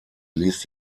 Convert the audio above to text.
ließ